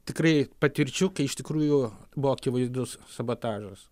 tikrai patirčių kai iš tikrųjų buvo akivaizdus sabotažas